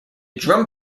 drum